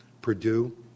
Purdue